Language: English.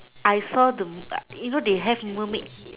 I saw the you know they have mermaid